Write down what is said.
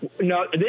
No